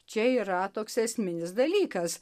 čia yra toks esminis dalykas